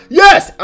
yes